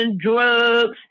drugs